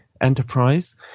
enterprise